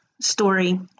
story